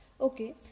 Okay